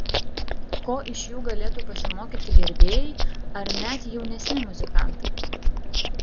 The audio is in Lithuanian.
ko iš jų galėtų pasimokyti gerbėjai ar net jaunesni muzikantai